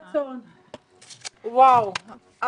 ננעלה בשעה 13:40.